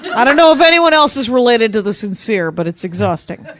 i don't know if anyone else is related to the sincere, but it's exhausting.